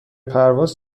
پرواز